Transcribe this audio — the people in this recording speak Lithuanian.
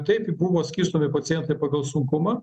taip buvo skirstomi pacientai pagal sunkumą